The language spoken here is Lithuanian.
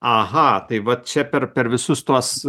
aha tai va čia per per visus tuos